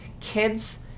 kids